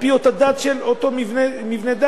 על-פי אותה דת של אותו מבנה דת.